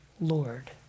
Lord